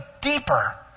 deeper